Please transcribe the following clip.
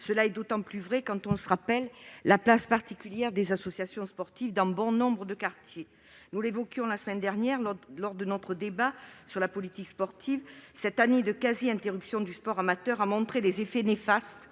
C'est d'autant plus vrai quand on se rappelle la place particulière des associations sportives dans bon nombre de quartiers. Nous l'évoquions la semaine dernière lors du débat que nous avons dédié à la politique sportive : cette année de quasi-interruption du sport amateur a vu resurgir les effets néfastes